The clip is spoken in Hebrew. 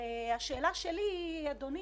השאלה שלי, אדוני,